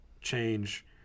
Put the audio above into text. change